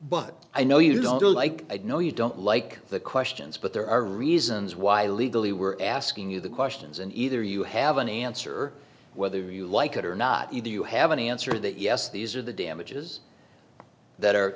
but i know you don't like it no you don't like the questions but there are reasons why legally we're asking you the questions and either you have an answer whether you like it or not either you have an answer that yes these are the damages that are